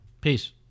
Peace